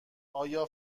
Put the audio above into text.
آیا